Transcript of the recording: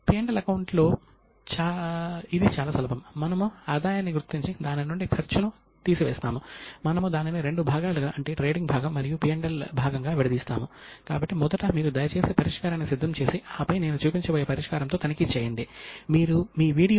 మీలో చాలా మంది దీనిని సరిగ్గా ఊహిస్తున్నారని లేదా గుర్తు తెచ్చుకున్నారని నేను భావిస్తున్నాను దీనిని లక్ష్మీ పూజ అని పిలుస్తారు మరియు దీపావళి జరుపుకోవడానికి ఇది చాలా ముఖ్యమైన కారణం